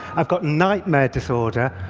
i've got nightmare disorder,